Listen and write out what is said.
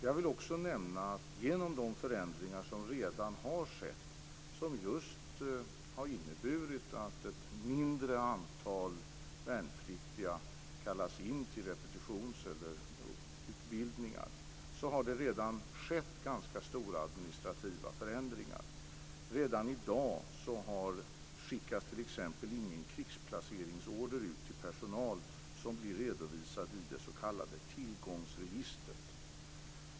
Jag vill också nämna att genom de förändringar som redan har skett och som just har inneburit att ett mindre antal värnpliktiga kallas in till repetitionsutbildningar har det redan skett ganska stora administrativa förändringar. Redan i dag skickas t.ex. ingen krigsplaceringsorder ut till personal som blir redovisad i det s.k. tillgångsregistret.